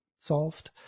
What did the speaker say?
solved